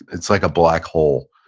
it's like a black hole,